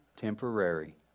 temporary